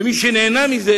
ומי שנהנה מכך